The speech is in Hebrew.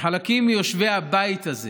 וחלקים מיושבי הבית הזה